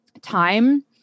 time